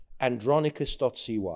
andronicus.cy